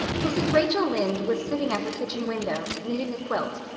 mrs. rachel lynde was sitting at her kitchen window, knitting a quilt,